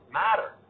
matter